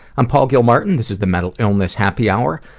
i'm paul gilmartin. this is the mental illness happy hour.